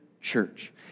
church